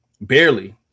Barely